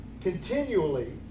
continually